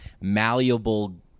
malleable